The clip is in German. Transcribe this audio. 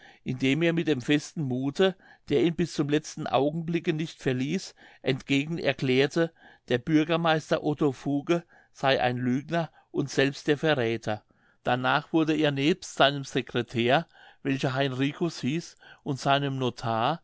indem er mit dem festen muthe der ihn bis zum letzten augenblicke nicht verließ entgegen erklärte der bürgermeister otto fuge sey ein lügner und selbst der verräther danach wurde er nebst seinem secretär welcher heinricus hieß und seinem notar